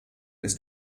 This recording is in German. ist